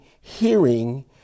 hearing